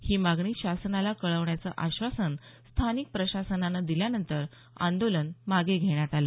ही मागणी शासनाला कळवण्याचं आश्वासन स्थानिक प्रशासनानं दिल्यानंतर आंदोलन मागे घेण्यात आलं